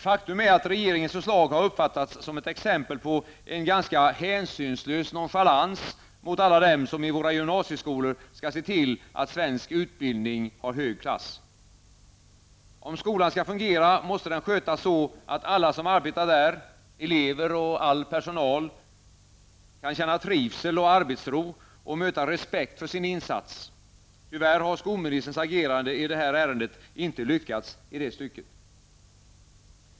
Faktum är att regeringens förslag har uppfattats som ett exempel på en ganska hänsynslös nonchalans mot alla dem som i våra gymnasieskolor skall se till att svensk utbildning har hög klass. Om skolan skall fungera måste den skötas så, att alla som arbetar där -- elever och all personal -- kan känna trivsel och arbetsro och möta respekt för sin insats. Tyvärr har skolministerns agerande i det här ärendet inte lyckats i det stycket.